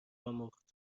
آموخت